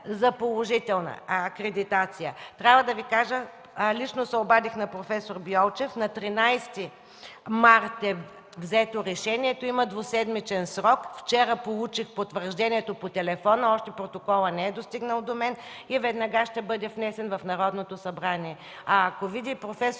за положителна акредитация. Трябва да Ви кажа, че лично се обадих на проф. Биолчев – на 13 март е взето решението. Има двуседмичен срок. Вчера получих потвърждението по телефона, още протоколът не е достигнал до мен. Веднага ще бъде внесен в Народното събрание. Ако видят в „Проф.